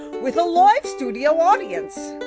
with a live studio audience.